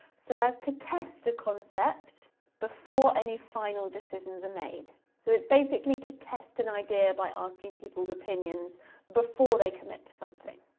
so as to test a concept before any final decisions are made. so it's basically to test an idea by asking people's opinions before they commit to something.